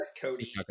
Cody